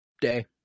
day